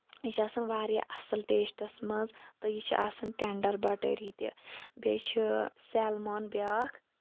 یہِ چھِ آسان واراہ اصٕل ٹیسٹَس منٛز تہٕ یہِ چھِ آسان ٹینڈَر بٹری تہِ بیٚیہِ چھُ سٮ۪لمان بیاکھ